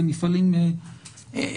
זה מפעלים אסטרטגיים.